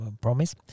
promise